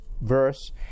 verse